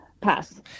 Pass